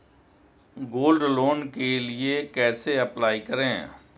Gold loan के लिए कैसे अप्लाई करें?